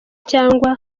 cyangwa